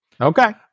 Okay